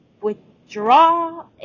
withdraw